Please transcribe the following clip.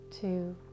two